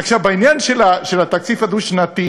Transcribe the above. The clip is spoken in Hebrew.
עכשיו, בעניין של התקציב הדו-שנתי,